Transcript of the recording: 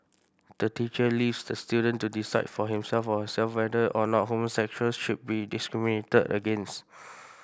the teacher leaves the student to decide for himself or herself whether or not homosexuals should be discriminated against